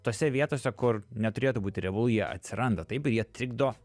tose vietose kur neturėtų būti riebalų jie atsiranda taip ir jie trikdo